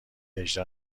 اجرا